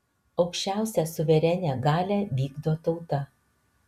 aukščiausią suverenią galią vykdo tauta